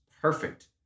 perfect